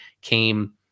came